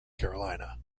carolina